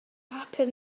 bapur